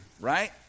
right